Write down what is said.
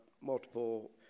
multiple